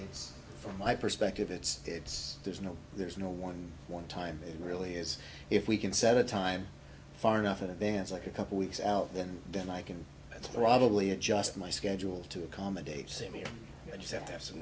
it's from my perspective it's it's there's no there's no one one time really is if we can set a time far enough in advance like a couple weeks out then then i can probably adjust my schedule to accommodate samia i just have to